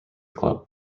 club